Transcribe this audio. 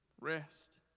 rest